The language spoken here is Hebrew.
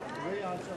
סעיפים 1 5